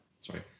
Sorry